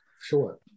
sure